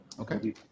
Okay